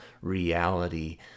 reality